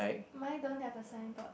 mine don't have a signboard